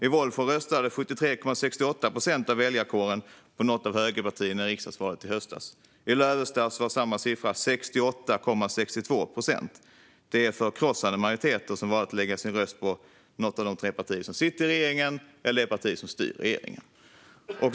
I Vollsjö röstade 73,68 procent av väljarkåren på något av högerpartierna i riksdagsvalet i höstas. I Lövestad var det 68,62 procent som gjorde det. Det är en förkrossande majoritet som har valt att lägga sin röst på något av de tre partier som sitter i regeringen eller på det parti som styr regeringen.